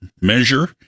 measure